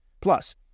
Plus